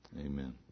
Amen